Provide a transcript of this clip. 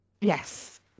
yes